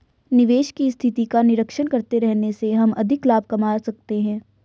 निवेश की स्थिति का निरीक्षण करते रहने से हम अधिक लाभ कमा सकते हैं